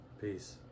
peace